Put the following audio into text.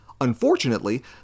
Unfortunately